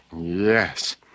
Yes